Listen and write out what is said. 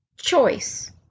choice